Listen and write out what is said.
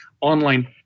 online